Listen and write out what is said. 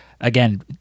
again